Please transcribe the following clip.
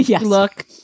look